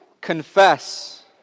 confess